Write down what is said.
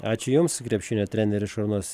ačiū jums krepšinio treneris šarūnas